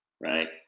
Right